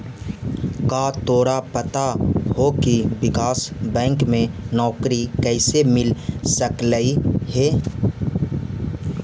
का तोरा पता हो की विकास बैंक में नौकरी कइसे मिल सकलई हे?